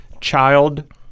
child